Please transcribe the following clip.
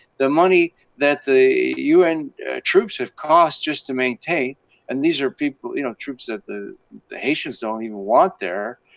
the money that the un troops have cost just to maintain and these are people, you know, troops that the the haitians don't even want there